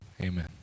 Amen